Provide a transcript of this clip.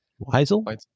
Weisel